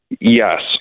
Yes